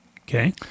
okay